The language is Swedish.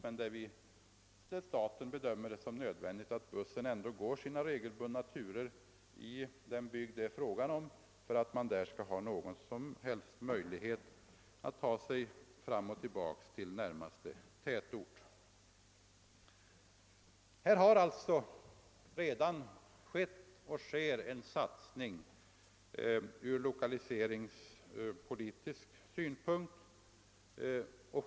Staten bedömer det emellertid som nödvändigt att bussarna kör sina turer regelbundet i de bygder det är fråga om, så att människorna där kan komma till och från närmaste tätort. Här har alltså skett och sker fortfarande en satsning av lokaliseringspolitiskt slag.